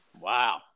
Wow